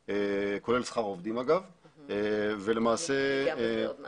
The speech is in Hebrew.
כולל שכר עובדים אגב --- ניגע בזה עוד.